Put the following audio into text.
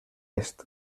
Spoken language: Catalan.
est